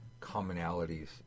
commonalities